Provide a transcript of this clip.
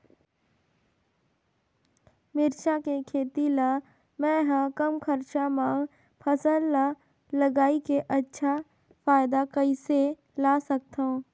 मिरचा के खेती ला मै ह कम खरचा मा फसल ला लगई के अच्छा फायदा कइसे ला सकथव?